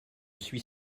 suis